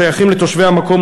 השייכים לתושבי המקום,